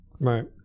Right